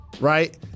right